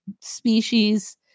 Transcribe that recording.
species